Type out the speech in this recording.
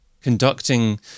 conducting